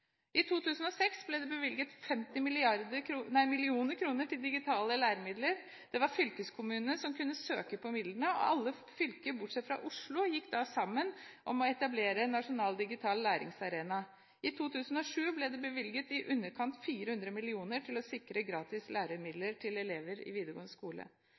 I 2006 ble det bevilget 50 mill. kr til digitale læremidler. Det var fylkeskommunene som kunne søke om midlene. Alle fylker bortsett fra Oslo gikk da sammen om å etablere en nasjonal digital læringsarena. I 2007 ble det bevilget i underkant av 400 mill. kr til å sikre gratis læremidler til elever i videregående skole.